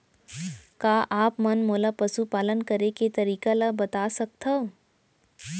का आप मन मोला पशुपालन करे के तरीका ल बता सकथव?